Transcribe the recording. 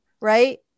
right